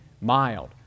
mild